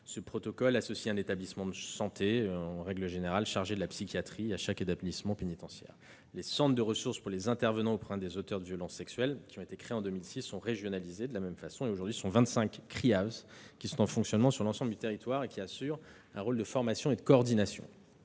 Ce protocole associe un établissement de santé chargé en général de la psychiatrie à chaque établissement pénitentiaire. Les centres ressources pour les intervenants auprès des auteurs de violences sexuelles qui ont été créés en 2006 sont régionalisés de la même façon. Aujourd'hui vingt-cinq CRIAVS sont en fonctionnement sur l'ensemble du territoire et assurent un rôle de formation et de coordination.